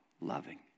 loving